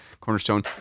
Cornerstone